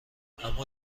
اما